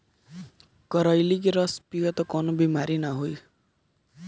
करइली के रस पीयब तअ कवनो बेमारी नाइ होई